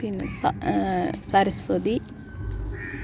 പിന്നെ സ സരസ്വതി